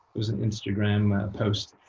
it was an instagram post.